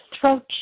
throat